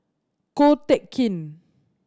Ko Teck Kin